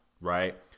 right